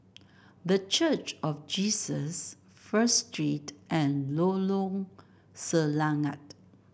The Church of Jesus First Street and Lorong Selangat